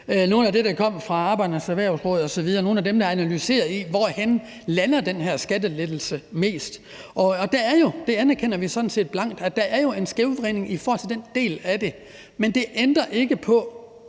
noget af det, der kommer fra Arbejderbevægelsens Erhvervsråd osv., nogle af dem, der har analyseret, hvor den her skattelettelse lander bedst. Der er jo, og det anerkender vi sådan set blankt, en skævvridning i forhold til den del af det, men det ændrer ikke på,